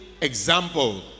example